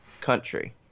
Country